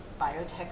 biotech